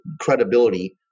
credibility